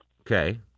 okay